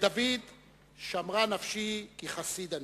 "לדוד שמרה נפשי כי חסיד אני"